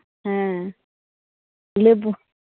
ᱦᱮᱸ ᱞᱮᱵᱩ